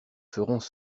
ferons